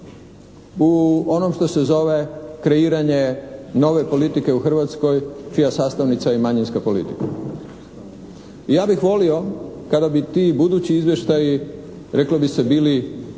u onom što se zove kreiranje nove politike u Hrvatskoj čija sastavnica je i manjinska politika. Ja bih volio kada bi ti budući izvještaji, reklo bi se bili